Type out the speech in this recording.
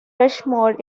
rushmore